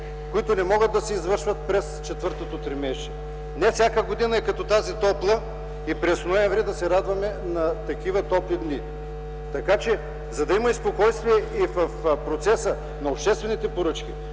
които не могат да се извършват през четвъртото тримесечие. Не всяка година е топла като тази – през м. ноември да се радваме на такива топли дни. За да има спокойствие и в процеса на обществените поръчки,